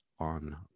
on